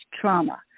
trauma